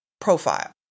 profile